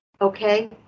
okay